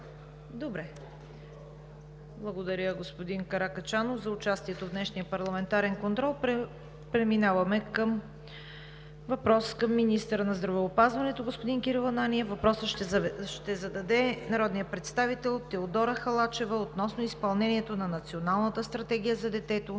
Благодаря, господин Каракачанов, за участието в днешния парламентарен контрол. Преминаваме към въпрос към министъра на здравеопазването – господин Кирил Ананиев. Въпросът ще зададе народният представител Теодора Халачева относно изпълнението на Националната стратегия за детето